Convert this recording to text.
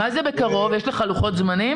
מה זה בקרוב, יש לך לוחות זמנים?